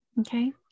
Okay